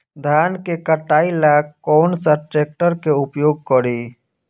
धान के कटाई ला कौन सा ट्रैक्टर के उपयोग करी?